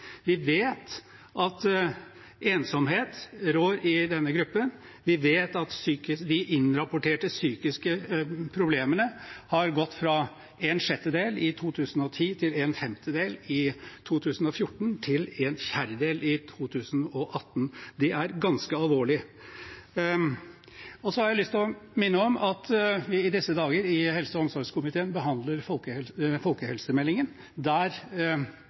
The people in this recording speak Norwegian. Vi vet at ensomhet rår i denne gruppen, vi vet at de innrapporterte psykiske problemene har gått fra en sjettedel i 2010, til en femtedel i 2014, til en fjerdedel i 2018. Det er ganske alvorlig. Så har jeg lyst til å minne om at vi i helse- og omsorgskomiteen i disse dager behandler folkehelsemeldingen, der